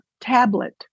tablet